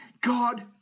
God